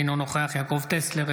אינו נוכח יעקב טסלר,